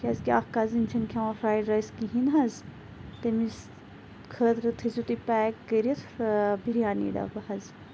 کیٛازِکہِ اَکھ کَزٕن چھِنہٕ کھٮ۪وان فرٛایڈ رایس کِہیٖنۍ حظ تٔمِس خٲطرٕ تھٔوۍزیو تُہۍ پیک کٔرِتھ بِریانی ڈَبہٕ حظ